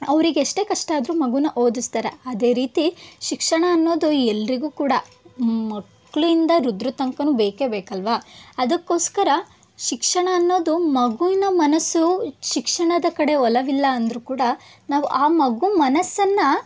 ಅವ್ರಿಗೆ ಎಷ್ಟೇ ಕಷ್ಟ ಆದ್ರೂ ಮಗುನ ಓದಿಸ್ತಾರೆ ಅದೇ ರೀತಿ ಶಿಕ್ಷಣ ಅನ್ನೋದು ಎಲ್ಲರಿಗೂ ಕೂಡ ಮಕ್ಕಳಿಂದ ವೃದ್ರ ತನಕನೂ ಬೇಕೇ ಬೇಕಲ್ಲವಾ ಅದಕ್ಕೋಸ್ಕರ ಶಿಕ್ಷಣ ಅನ್ನೋದು ಮಗುವಿನ ಮನಸ್ಸು ಶಿಕ್ಷಣದ ಕಡೆ ಒಲವಿಲ್ಲ ಅಂದ್ರೂ ಕೂಡ ನಾವು ಆ ಮಗು ಮನಸ್ಸನ್ನು